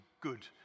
good